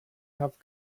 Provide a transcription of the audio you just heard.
have